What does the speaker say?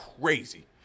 crazy